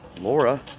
Laura